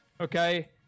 okay